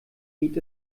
geht